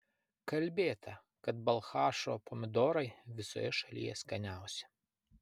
kalbėta kad balchašo pomidorai visoje šalyje skaniausi